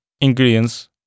ingredients